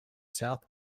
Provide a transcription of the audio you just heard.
south